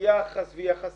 יחס ויחסית,